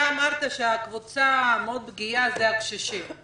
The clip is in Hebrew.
אמרת שקבוצה פגיעה מאוד היא קבוצת הקשישים.